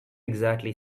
exactly